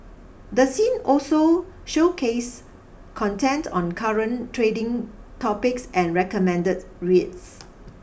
the seen also showcase content on current trading topics and recommended reads